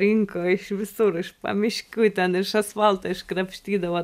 rinko iš visur iš pamiškių ten iš asfalto iškrapštydavo